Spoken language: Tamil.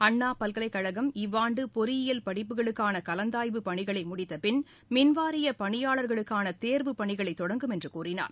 அண்ணா பல்கலைக்கழகம் இவ்வாண்டு பொறியியல் படிப்புகளுக்கான கலந்தாய்வு பணிகளை முடித்த பின் மின்வாரிய பணியாளர்களுக்கான தேர்வு பணிகளை தொடங்கும் என்று கூறினார்